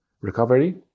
recovery